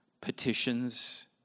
petitions